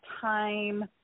time